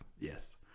Yes